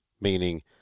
meaning